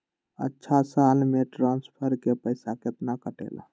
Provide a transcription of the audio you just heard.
अछा साल मे ट्रांसफर के पैसा केतना कटेला?